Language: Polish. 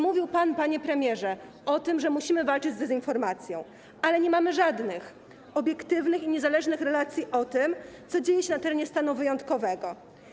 Mówił pan, panie premierze, o tym, że musimy walczyć z dezinformacją, ale nie mamy żadnych obiektywnych i niezależnych relacji o tym, co dzieje się na obszarze stanu wyjątkowego.